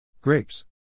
Grapes